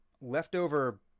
leftover